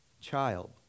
child